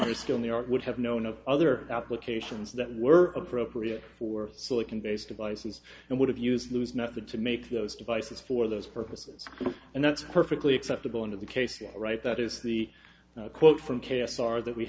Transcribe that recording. artist in the art would have known of other applications that were appropriate for silicon based devices and would have used lose nothing to make those devices for those purposes and that's perfectly acceptable in the case you write that is the quote from k s r that we